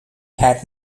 had